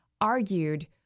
argued